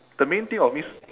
the main thing of this